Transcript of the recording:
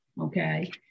Okay